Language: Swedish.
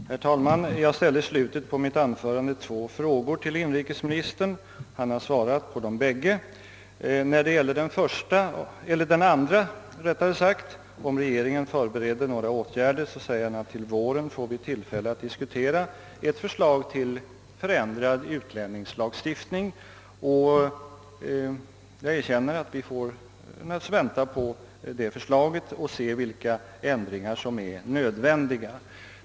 Herr talman! Jag ställde i slutet av mitt anförande två frågor till inrikesministern. Han har svarat på dem båda. På den andra frågan, om regeringen förbereder några åtgärder, svarar inrikesministern att vi till våren får tillfälle att diskutera ett förslag till förändrad utlänningslagstiftning. Jag inser att vi naturligtvis får vänta på det förslaget och se vilka förändringar som är nödvändiga.